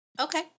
Okay